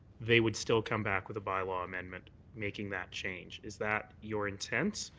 they would still come back with a bylaw amendment making that change. is that your intent?